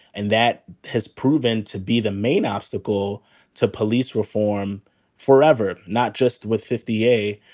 and that has proven to be the main obstacle to police reform forever, not just with fifty yay,